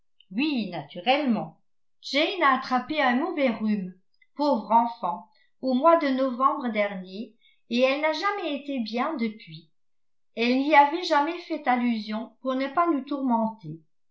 oui naturellement jane a attrapé un mauvais rhume pauvre enfant au mois de novembre dernier et elle n'a jamais été bien depuis elle n'y avait jamais fait allusion pour ne pas nous tourmenter